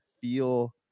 feel